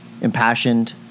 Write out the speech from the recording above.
impassioned